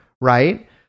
right